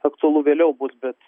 aktualu vėliau bus bet